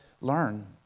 learn